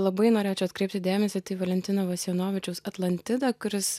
labai norėčiau atkreipti dėmesį tai į valentino vasianovičius atlantidą kuris